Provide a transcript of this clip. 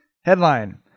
Headline